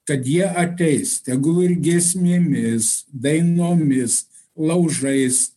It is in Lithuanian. kad jie ateis tegul ir giesmėmis dainomis laužais